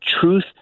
truth